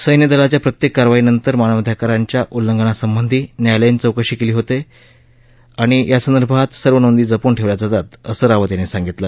सैन्य दलाच्या प्रत्येक कारवाईनंतर मानवाधिकाराच्या उल्लंघनसंबधा न्यायालयीन चौकशी होते आणि यासंदर्भातल्या सर्व नोंदी जपून ठेवल्या जातात असं रावत यांनी सांगितलं